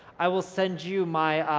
i will send you my